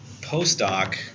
postdoc